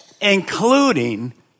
including